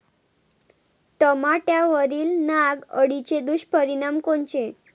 टमाट्यावरील नाग अळीचे दुष्परिणाम कोनचे?